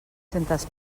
centes